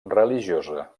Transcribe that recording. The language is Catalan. religiosa